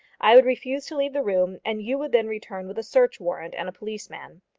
i would refuse to leave the room, and you would then return with a search warrant and a policeman.